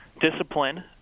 discipline